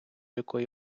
якої